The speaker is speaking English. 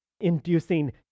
inducing